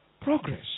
Progress